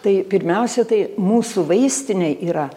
tai pirmiausia tai mūsų vaistinė yra